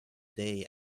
day